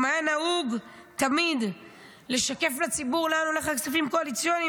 אם היה נהוג תמיד לשקף לציבור לאן הולכים הכספים הקואליציוניים,